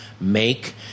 make